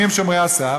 מי הם שומרי הסף?